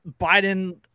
Biden